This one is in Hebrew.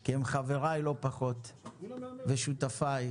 כי הם חבריי לא פחות, ושותפיי,